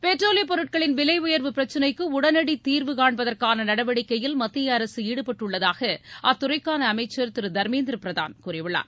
பெட்ரோலியப் பொருட்களின் விலை உயர்வு பிரச்னைக்கு உடனடி தீர்வு காண்பதற்கான நடவடிக்கையில் மத்திய அரசு ஈடுபட்டுள்ளதாக அத்துறைக்கான அமைச்சர் திரு தர்மேந்திர பிரான் கூறியுள்ளார்